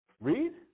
Read